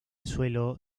suelo